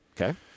Okay